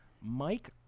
Mike